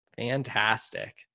Fantastic